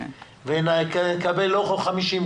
ונקבל לא 50,